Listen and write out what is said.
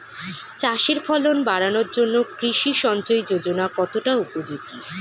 চাষের ফলন বাড়ানোর জন্য কৃষি সিঞ্চয়ী যোজনা কতটা উপযোগী?